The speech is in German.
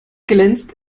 glänzt